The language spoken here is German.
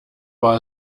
war